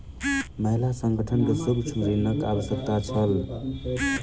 महिला संगठन के सूक्ष्म ऋणक आवश्यकता छल